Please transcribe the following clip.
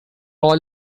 all